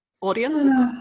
Audience